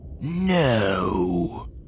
No